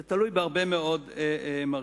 זה תלוי בהרבה מאוד מרכיבים.